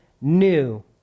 new